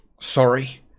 Sorry